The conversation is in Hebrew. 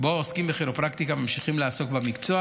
שבו עוסקים בכירופרקטיקה ממשיכים לעסוק במקצוע